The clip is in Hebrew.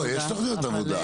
לא, יש תוכניות עבודה.